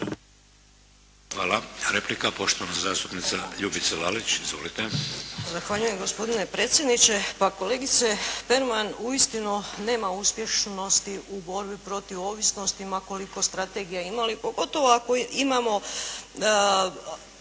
Hvala. Replika, poštovana zastupnica Ljubica Lalić. Izvolite.